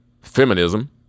feminism